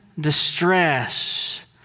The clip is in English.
distress